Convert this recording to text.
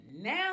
Now